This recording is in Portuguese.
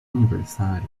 aniversário